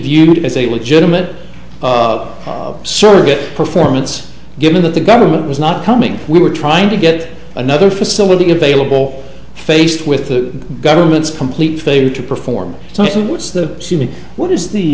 viewed as a legitimate surrogate performance given that the government was not coming we were trying to get another facility available faced with the government's complete failure to perform so what's the